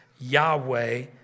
Yahweh